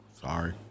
sorry